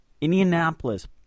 Indianapolis